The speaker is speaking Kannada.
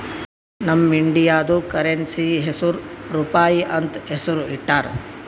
ನಮ್ ಇಂಡಿಯಾದು ಕರೆನ್ಸಿ ಹೆಸುರ್ ರೂಪಾಯಿ ಅಂತ್ ಹೆಸುರ್ ಇಟ್ಟಾರ್